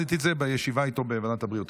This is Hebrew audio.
למדתי את זה בישיבה איתו בוועדת הבריאות.